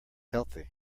healthy